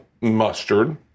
mustard